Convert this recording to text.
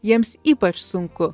jiems ypač sunku